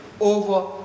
over